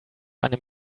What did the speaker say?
einem